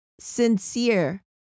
sincere